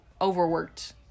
overworked